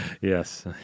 Yes